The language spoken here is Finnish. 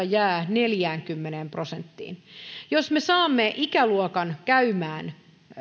jää neljäänkymmeneen prosenttiin jos me saamme ikäluokan käymään